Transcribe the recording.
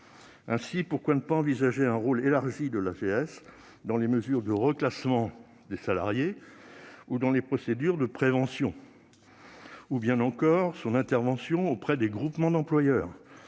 Ainsi, pourquoi ne pas envisager un rôle élargi de l'AGS dans les mesures de reclassement des salariés ou dans les procédures de prévention ? Pourquoi ne pas prévoir son intervention auprès des groupements d'employeurs-